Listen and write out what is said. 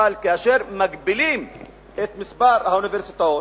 אבל כאשר מגבילים את מספר האוניברסיטאות,